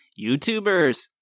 YouTubers